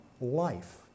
life